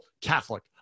Catholic